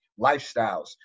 lifestyles